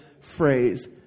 phrase